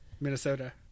minnesota